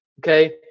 Okay